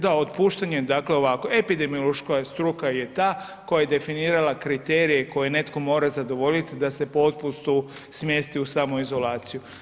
Da otpuštanje, dakle ovako epidemiološka je struka je ta koja je definirala kriterije koje netko mora zadovoljiti da se po otpustu smjesti u samoizolaciju.